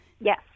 Yes